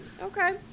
Okay